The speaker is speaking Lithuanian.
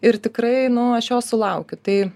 ir tikrai nu aš jo sulaukiu tai